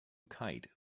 kite